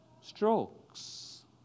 strokes